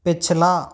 पिछला